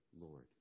Lord